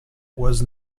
was